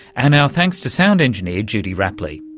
and our thanks to sound engineer judy rapley.